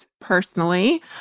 personally